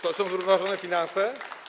To są zrównoważone finanse?